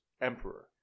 emperor